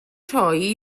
rhoi